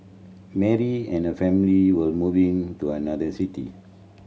Mary and her family were moving to another city